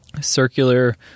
circular